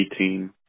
18